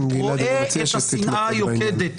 רואה את השנאה היוקדת